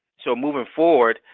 so moving forward,